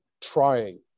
trying